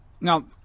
Now